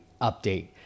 update